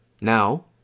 Now